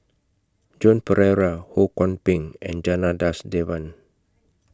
Joan Pereira Ho Kwon Ping and Janadas Devan